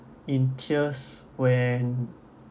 in tears when